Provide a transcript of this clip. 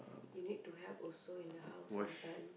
you need to help also in the house sometime